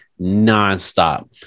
nonstop